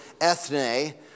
ethne